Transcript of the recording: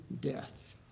death